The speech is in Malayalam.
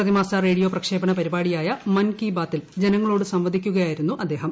പ്രതിമാസ റേഡിയോ പ്രക്ഷേപണ പ്രിപ്പാടിയായ മൻ കീ ബാത്തിൽ ജനങ്ങളോട് സംവദിക്കുകയായിരുന്നു അദ്ദേഹം